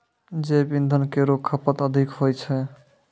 जैव इंधन केरो खपत अधिक होय छै